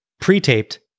Pre-taped